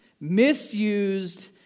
misused